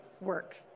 work